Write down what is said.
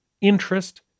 interest